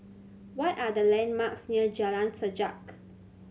what are the landmarks near Jalan Sajak